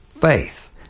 faith